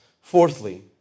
Fourthly